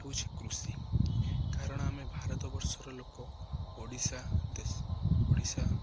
ହେଉଛି କୃଷି କାରଣ ଆମେ ଭାରତ ବର୍ଷର ଲୋକ ଓଡ଼ିଶା ଦେଶ ଓଡ଼ିଶା